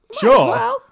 sure